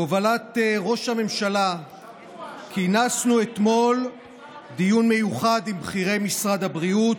בהובלת ראש הממשלה כינסנו אתמול דיון מיוחד עם בכירי משרד הבריאות,